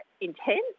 intense